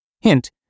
Hint